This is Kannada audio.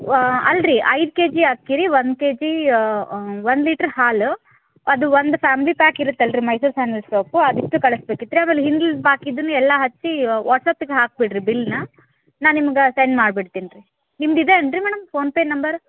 ವ ಅಲ್ರಿ ಐದು ಕೆಜಿ ಅಕ್ಕಿ ರೀ ಒಂದು ಕೆಜಿ ಒಂದು ಲೀಟ್ರ್ ಹಾಲು ಅದು ಒಂದು ಫಾಮ್ಲಿ ಪ್ಯಾಕ್ ಇರುತ್ತಲ್ಲ ರೀ ಮೈಸೂರು ಸ್ಯಾಂಡಲ್ ಸೋಪ್ ಅದಿಷ್ಟು ಕಳ್ಸ ಬೇಕಿತ್ತು ರೀ ಆಮೇಲೆ ಹಿಂದ್ಲಿದ್ದು ಬಾಕಿ ಇದನ್ನ ಎಲ್ಲ ಹಚ್ಚಿ ವಾಟ್ಸ್ಆ್ಯಪ್ಗೆ ಹಾಕಿ ಬಿಡ್ರಿ ಬಿಲ್ನ ನಾನು ನಿಮ್ಗೆ ಸೆಂಡ್ ಮಾಡ್ಬಿಡ್ತೀನಿ ರೀ ನಿಮ್ದು ಇದೆ ಏನು ರೀ ಮೇಡಮ್ ಪೋನ್ ಪೇ ನಂಬರ್